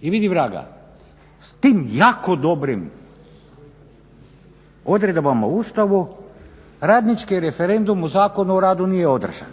I vidi vraga, s tim jako dobrim odredbama u Ustavu radnički referendum u Zakonu o radu nije održan